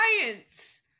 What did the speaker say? science